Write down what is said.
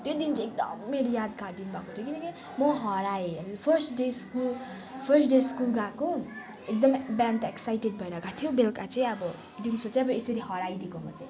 त्यो दिन चाहिँ एकदम मेरो यादगार दिन भएको थियो किनकि म हराएँ first day school first day school गएको एकदमै बिहान त एक्साइटेड भएर गएको थियो बेलुका चाहिँ अब दिउँसो चाहिँ अब यसरी हराइदिएको म चाहिँ